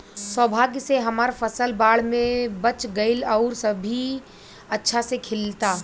सौभाग्य से हमर फसल बाढ़ में बच गइल आउर अभी अच्छा से खिलता